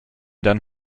den